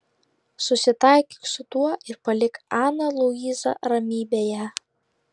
susitaikyk su tuo ir palik aną luizą ramybėje